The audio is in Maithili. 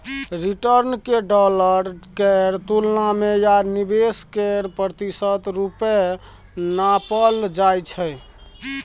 रिटर्न केँ डॉलर केर तुलना मे या निबेश केर प्रतिशत रुपे नापल जाइ छै